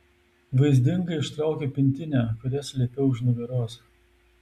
vaizdingai ištraukiu pintinę kurią slėpiau už nugaros